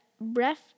Breath